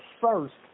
first